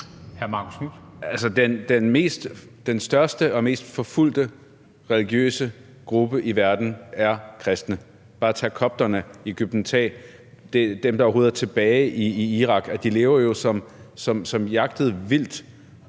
den største og mest forfulgte religiøse gruppe i verden er kristne. Vi kunne bare tage kopterne i Egypten; vi kunne tage dem, der overhovedet er tilbage i Irak. Og de lever jo som jaget vildt.